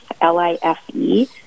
L-I-F-E